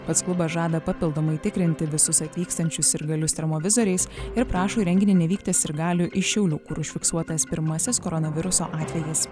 pats klubas žada papildomai tikrinti visus atvykstančius sirgalius termovizoriais ir prašo į renginį nevykti sirgalių iš šiaulių kur užfiksuotas pirmasis koronaviruso atvejis